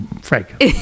Frank